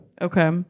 Okay